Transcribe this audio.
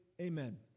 Amen